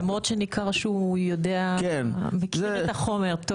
למרות שניכר שהוא מכיר את החומר טוב.